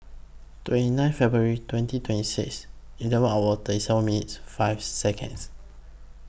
twenty nine February twenty twenty six eleven hour thirty seven minutes five Seconds